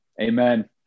Amen